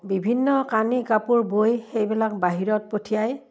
বিভিন্ন কানি কাপোৰ বৈ সেইবিলাক বাহিৰত পঠিয়ায়